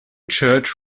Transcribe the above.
church